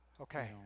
Okay